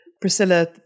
Priscilla